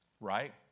right